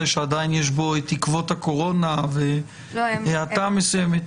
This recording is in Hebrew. עדיין יש עקבות קורונה והאטה מסוימת.